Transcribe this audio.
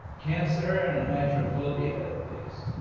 cancer and hydrophobia, at least,